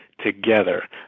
together